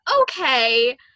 okay